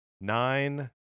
nine